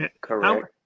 Correct